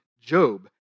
Job